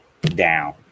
down